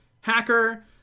hacker